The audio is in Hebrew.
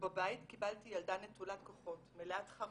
ובבית קיבלתי ילדה נטולת כוחות, מלאת חרדות,